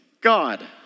God